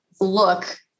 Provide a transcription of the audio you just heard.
look